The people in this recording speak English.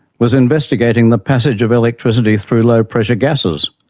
was investigating the passage of electricity through low-pressure gases,